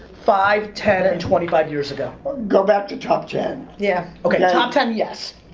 five, ten, and twenty five years ago. go back to top ten. yeah okay, top ten, yes.